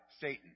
Satan